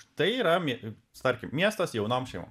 štai rami starkim miestas jaunom šeimom